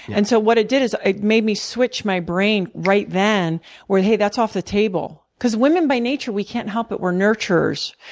and so what it did is it made me switch my brain right then where, hey, that's off the table, because women by nature, we can't help it, we're nurturers,